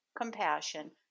compassion